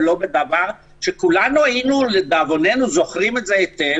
שכולנו זוכרים היטב,